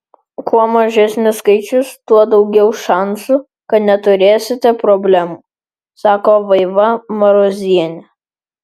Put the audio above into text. kuo mažesnis skaičius tuo daugiau šansų kad neturėsite problemų sako vaiva marozienė